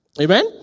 Amen